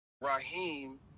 Raheem